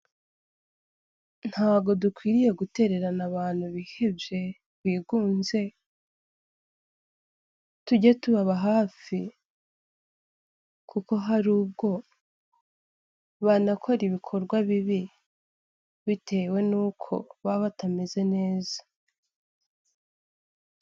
Ntabwo dukwiriye gutererana abantu bihebye, bigunze, tujye tubaba hafi kuko hari ubwo banakora ibikorwa bibi bitewe n'uko baba batameze neza.